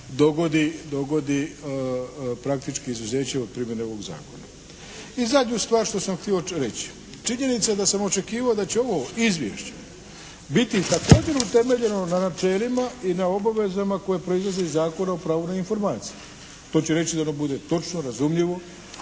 dogodi praktički izuzeće od primjene ovog Zakona. I zadnju stvar što sam htio reći, činjenica da sam očekivao da će ovo izvješće biti također utemeljeno na načelima i na obavezama koja proizlaze iz Zakona o pravu na informacije. To će reći da ono bude točno, razumljivo,